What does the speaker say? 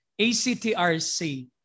ACTRC